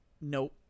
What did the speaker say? Nope